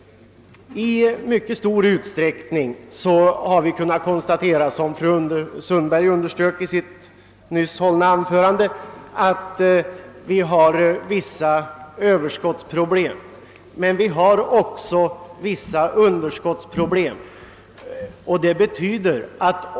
Vi har, som fru Sundberg nyss underströk, vissa överskottsproblem. Men vi har också vissa underskottsproblem.